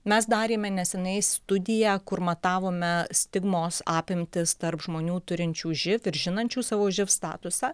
mes darėme neseniai studiją kur matavome stigmos apimtis tarp žmonių turinčių živ ir žinančių savo živ statusą